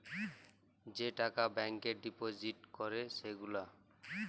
যে টাকা ব্যাংকে ডিপজিট ক্যরে সে গুলা